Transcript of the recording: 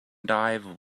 dive